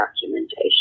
documentation